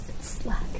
Slack